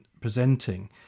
presenting